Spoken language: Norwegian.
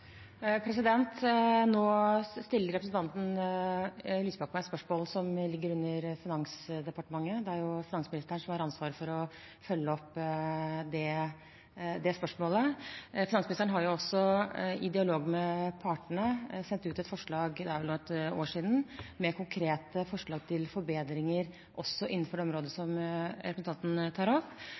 Nå stiller representanten Lysbakken meg spørsmål som ligger under Finansdepartementet. Det er finansministeren som har ansvaret for å følge opp det spørsmålet. Finansministeren har, i dialog med partene, sendt ut et forslag – det er vel nå et år siden – med konkrete forslag til forbedringer innenfor det området som representanten tar opp,